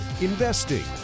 investing